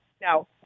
Now